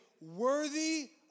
worthy